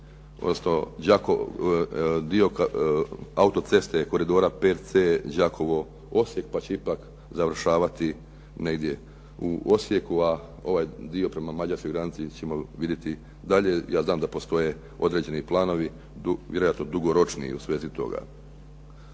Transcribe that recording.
ostali dio autoceste koridora pet C Đakovo-Osijek pa će ipak završavati negdje u Osijeku, a ovaj dio prema mađarskoj granici ćemo vidjeti dalje. Ja znam da postoje određeni planovi, vjerojatno dugoročni u svezi toga.